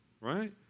Right